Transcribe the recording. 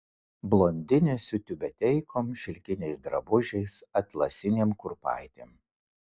blondinės su tiubeteikom šilkiniais drabužiais atlasinėm kurpaitėm